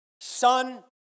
Son